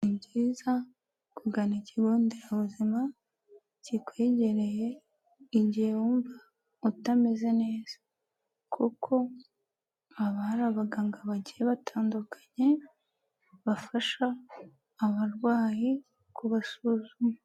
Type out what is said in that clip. Ni byiza kugana ikigo nderabuzima kikwegereye, igihe wumva utameze neza. Kuko haba hari abaganga bagiye batandukanye bafasha abarwayi kubasuzuma.